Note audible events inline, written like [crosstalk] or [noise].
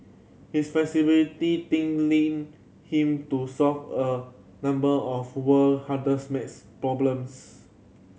his flexible [unintelligible] thinking led him to solve a number of world hardest maths problems